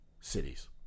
cities